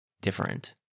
different